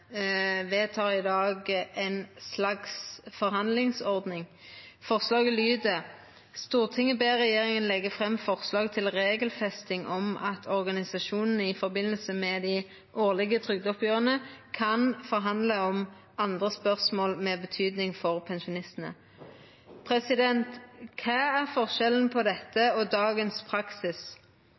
i dag ei slags forhandlingsordning. Forslaget lyder: «Stortinget ber regjeringen legge frem forslag til regelfesting om at organisasjonene i forbindelse med de årlige trygdeoppgjørene kan forhandle om andre spørsmål med betydning for pensjonistene». Kva er forskjellen på dette og dagens praksis?